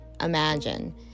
imagine